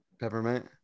Peppermint